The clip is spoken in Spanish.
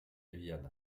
viana